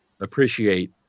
appreciate